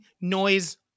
noise